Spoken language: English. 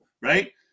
right